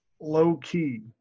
low-key